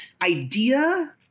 idea